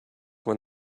when